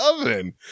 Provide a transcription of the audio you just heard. oven